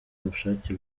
ubushake